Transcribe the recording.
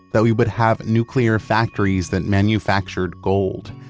that we would have nuclear factories that manufactured gold.